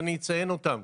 ואני אציין אותם,